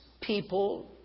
people